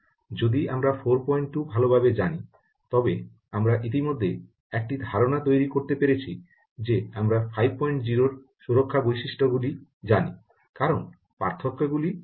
যদি আমরা 42 ভালভাবে জানি তবে আমরা ইতিমধ্যে একটি ধারণা তৈরি করতে পেরেছি যে আমরা 50 এর সুরক্ষা বৈশিষ্ট্যগুলি জানি কারণ পার্থক্যগুলি খুব কম